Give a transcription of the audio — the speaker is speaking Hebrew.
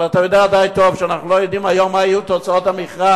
אבל אתה יודע די טוב שאנחנו לא יודעים היום מה יהיו תוצאות המכרז,